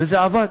וזה עבד.